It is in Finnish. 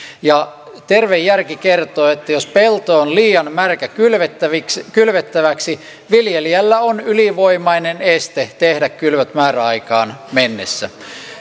ja terve järki kertoo että jos pelto on liian märkä kylvettäväksi kylvettäväksi viljelijällä on ylivoimainen este tehdä kylvöt määräaikaan mennessä